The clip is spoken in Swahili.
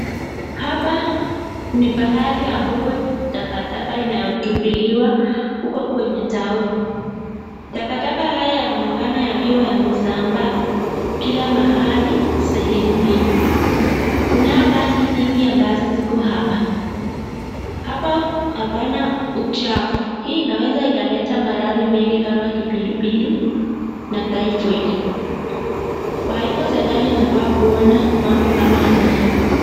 Hapa ni pahali ambapo takataka inatupiliwa huko kwenye town. Takataka haya yanaonekana yakiwa yamesambaa kila mahali sehemu hii. Kuna rangi nyingi ambazo ziko hapa. Hapa pana uchafu. Hii inaweza ikaleta maradhi mengi kama kipindupindu na typhoid. Kwa hivyo serikali inafaa kuona mambo kama haya.